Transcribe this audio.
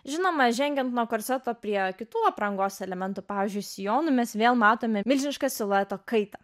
žinoma žengiant nuo korseto prie kitų aprangos elementų pavyzdžiui sijonų mes vėl matome milžinišką silueto kaitą